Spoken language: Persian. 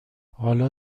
حالا